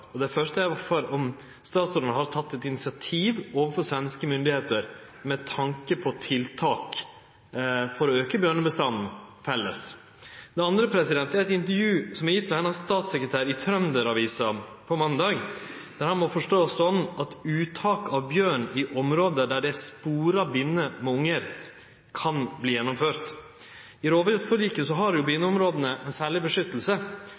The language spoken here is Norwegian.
og det første spørsmålet er om statsråden har teke eit initiativ overfor svenske myndigheiter med tanke på felles tiltak for å auke bjørnebestanden. Det andre gjeld eit intervju hennar statssekretær gav til Trønder-Avisa på måndag. Det må ein forstå slik at uttak av bjørn i område der det er spor av binner med ungar, kan verte gjennomført. I rovviltforliket har